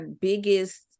biggest